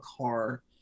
car